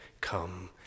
Come